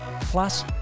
Plus